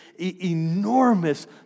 enormous